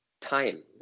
time